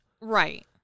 Right